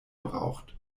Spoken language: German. braucht